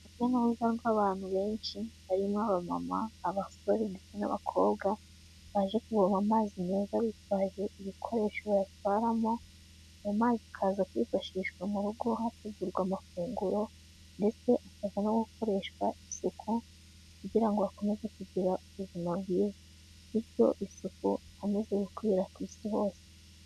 Urujya n'uruza rw'abantu benshi barimo abamama, abasore ndetse n'abakobwa baje kuvoma amazi meza bitwaje ibikoresho bayatwaramo, ayo mazi akaza kwifashishwa mu rugo hategurwa amafunguro ndetse akaza no gukoreshwa isuku kugira ngo bakomeze kugira ubuzima bwiza. Bityo isuku yamaze gukwira ku isi hose.